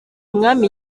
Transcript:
umwami